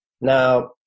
Now